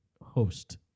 host